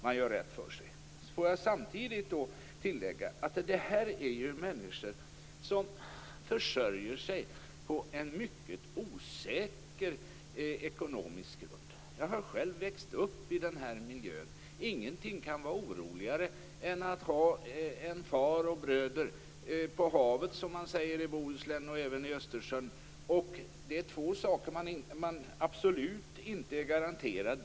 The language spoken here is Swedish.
Man gör rätt för sig. Jag vill tillägga att det rör sig om människor som försörjer sig på mycket osäker ekonomisk grund. Jag har själv växt upp i den miljön. Ingenting kan vara osäkrare än att ha far och bröder på havet, som man säger i Bohuslän och vid Östersjön. Det är två saker man absolut inte är garanterad.